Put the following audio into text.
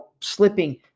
slipping